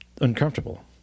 uncomfortable